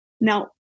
Now